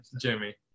jimmy